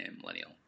millennial